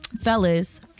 fellas